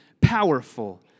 powerful